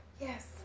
Yes